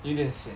有点 sian